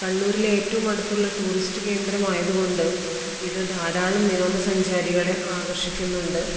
കണ്ണൂരിലെ ഏറ്റവും അടുത്തുള്ള ടൂറിസ്റ്റ് കേന്ദ്രമായതുകൊണ്ട് ഇത് ധാരാളം വിനോദ സഞ്ചാരികളെ ആകര്ഷിക്കുന്നുണ്ട്